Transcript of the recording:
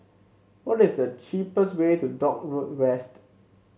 what is the cheapest way to Dock Road West